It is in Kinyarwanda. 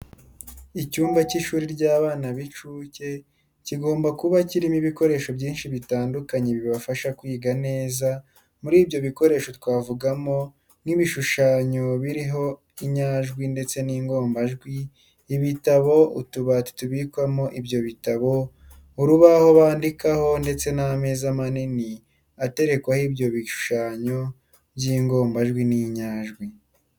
Icyumba cy'ishuri ry'abana b'inshuke kigomba kuba kirimo ibikoresho byinshi bitandukanye bibafasha kwiga neza, muri ibyo bikoresho twavugamo nk'ibishushanyo biriho inyajwi ndetse n'ingombajwi, ibitabo, utubati tubikwamo ibyo bitabo, urubaho bandikaho ndetse n'ameza manini ateretwaho ibyo bishushanyo by'ingombajwi n'inyajwi.